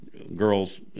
girls